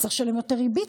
אז צריך לשלם יותר ריבית,